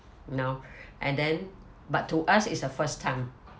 you know and then but to us it's the first time